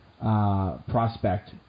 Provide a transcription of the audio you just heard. prospect